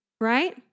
right